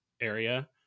area